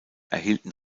erhielten